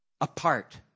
apart